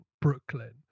Brooklyn